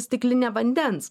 stikline vandens